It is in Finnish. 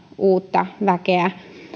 uutta väkeä